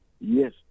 yes